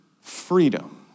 freedom